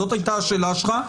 זאת הייתה השאלה שלך.